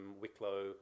Wicklow